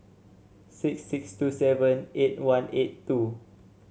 six six two seven eight one eight two